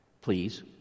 please